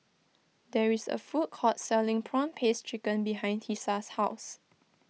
there is a food court selling Prawn Paste Chicken behind Tisa's house